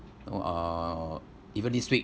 oh uh even this week